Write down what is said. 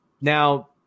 now